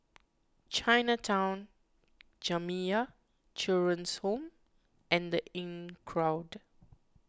Chinatown Jamiyah Children's Home and the Inncrowd